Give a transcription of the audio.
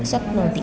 शक्नोति